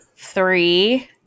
Three